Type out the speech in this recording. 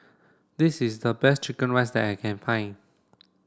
this is the best chicken rice that I can find